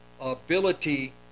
ability